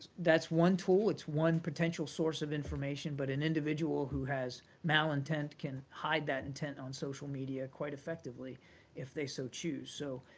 that's one tool it's one potential source of information, but an individual who has malintent can hide that intent on social media quite effectively if they so choose. so